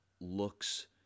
looks